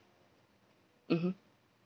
mmhmm